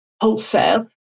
wholesale